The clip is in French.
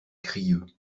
crieu